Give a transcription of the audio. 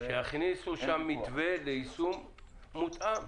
שיכניסו שם מתווה ליישום מותאם.